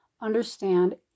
understand